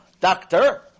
doctor